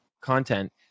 content